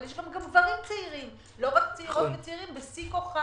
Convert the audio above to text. אבל הרי יש גם גברים צעירים לא רק צעירות וצעירים בשיא כוחם,